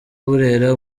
burera